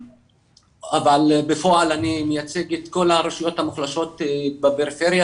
אבל בפועל אני מייצג את כל הרשויות המוחלשות בפריפריה,